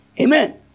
Amen